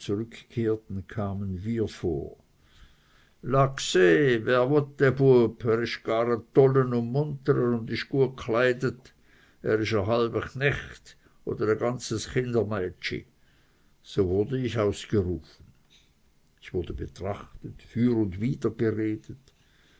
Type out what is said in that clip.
tolle u n e muntere u n isch guet kleidet er isch e halbe chnecht oder e ganzes chingemeitschi so wurde ich ausgerufen ich wurde betrachtet für und wider geredet